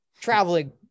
traveling